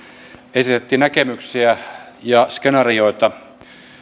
esitettiin näkemyksiä ja skenaarioita